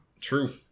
True